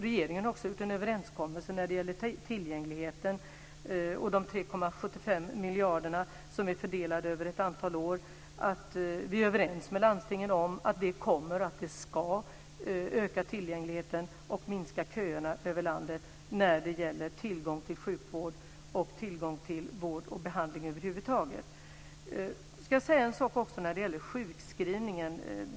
Regeringen har också träffat en överenskommelse med landstingen om de 3,75 miljarder som är fördelade över ett antal år, och vi är överens om att de ska öka tillgängligheten och minska köerna i landet till vård och behandling över huvud taget. Jag ska också säga en sak när det gäller sjukskrivningen.